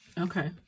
Okay